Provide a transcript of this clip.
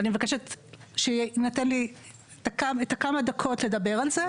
אני מבקשת שיינתנו לי הכמה דקות לדבר על זה.